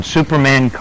Superman